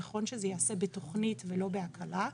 נכון שזה ייעשה בתוכנית ולא בהקלה.